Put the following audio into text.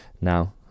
now